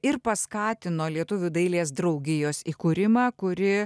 ir paskatino lietuvių dailės draugijos įkūrimą kuri